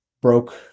Broke